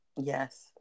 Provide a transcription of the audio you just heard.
yes